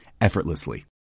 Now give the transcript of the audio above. effortlessly